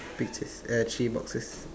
pictures eh three boxes